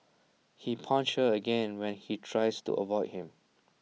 he punched her again when he tries to avoid him